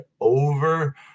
over